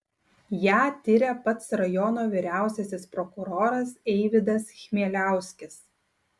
ją tiria pats rajono vyriausiasis prokuroras eivydas chmieliauskis